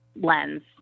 lens